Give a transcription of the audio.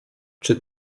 czy